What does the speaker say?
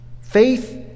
Faith